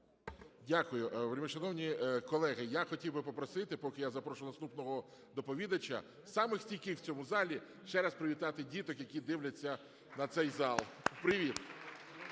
Дякую. Вельмишановні колеги, я хотів би попросити, поки я запрошу наступного доповідача, самих стійких в цьому залі ще раз привітати діток, які дивляться на цей зал.